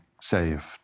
saved